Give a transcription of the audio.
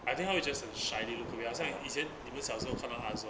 I think 他会 just 很 shyly look away 好像以前你们小时候看到他的时候